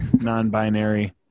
Non-binary